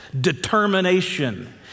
determination